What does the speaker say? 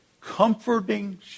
comforting